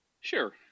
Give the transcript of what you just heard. sure